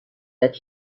that